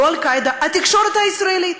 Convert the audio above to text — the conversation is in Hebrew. לא "אל-קאעידה" התקשורת הישראלית.